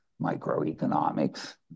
microeconomics